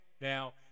Now